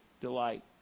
delight